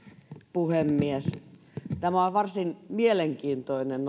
puhemies tämä keskustelu on ollut varsin mielenkiintoinen